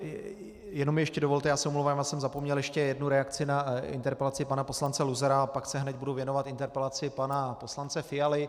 Jen mi ještě dovolte, já se omlouvám, zapomněl jsem ještě jednu reakci na interpelaci pana poslance Luzara a pak se hned budu věnovat interpelaci pana poslance Fialy.